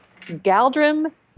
Galdrim